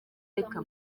reka